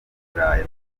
buraya